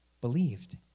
believed